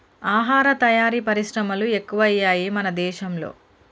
ఆహార తయారీ పరిశ్రమలు ఎక్కువయ్యాయి మన దేశం లో